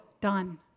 done